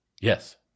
Yes